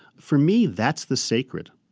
for me, that's the sacred.